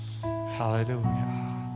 hallelujah